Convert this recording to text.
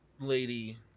lady